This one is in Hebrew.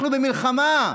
אנחנו במלחמה.